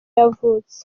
yavutse